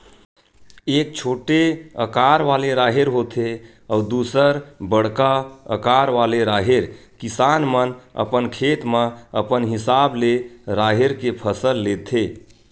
एक छोटे अकार वाले राहेर होथे अउ दूसर बड़का अकार वाले राहेर, किसान मन अपन खेत म अपन हिसाब ले राहेर के फसल लेथे